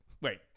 wait